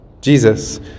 Jesus